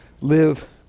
live